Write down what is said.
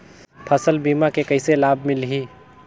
फसल बीमा के कइसे लाभ मिलही?